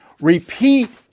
Repeat